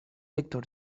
vector